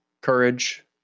courage